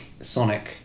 Sonic